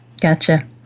Gotcha